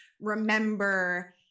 remember